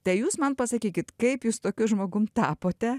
tai jūs man pasakykit kaip jūs tokiu žmogum tapote